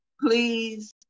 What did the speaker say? Please